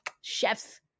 chef's